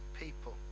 people